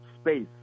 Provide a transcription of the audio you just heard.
space